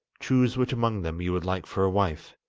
choose which among them you would like for a wife,